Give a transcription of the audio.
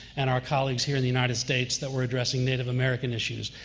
and our colleagues here in the united states that were addressing native american issues.